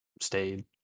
stayed